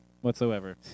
whatsoever